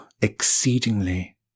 exceedingly